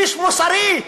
איש מוסרי,